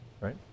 right